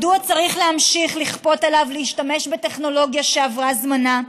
מדוע צריך להמשיך לכפות עליו להשתמש בטכנולוגיה שעבר זמנה?